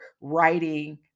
writing